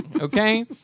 Okay